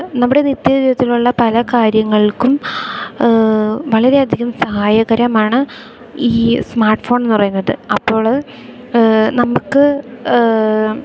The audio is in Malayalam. നമ്മുടെ നിത്യ ജീവിതത്തിലുള്ള പല കാര്യങ്ങൾക്കും വളരെ അധികം സഹായകരമാണ് ഈ സ്മാർട്ട് ഫോൺ എന്നു പറയുന്നത് അപ്പോൾ നമുക്ക്